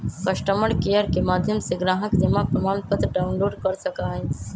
customer care के माध्यम से ग्राहक जमा प्रमाणपत्र डाउनलोड कर सका हई